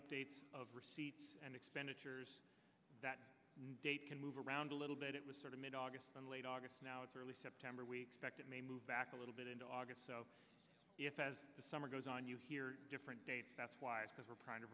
updates of receipts and expenditures that date can move around a little bit it was sort of mid august in late august now it's early september we expect it may move back a little bit into august so if as the summer goes on you hear different dates that's why because we're